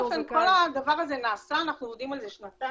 כל הדבר הזה נעשה, אנחנו עובדים על זה שנתיים,